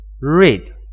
read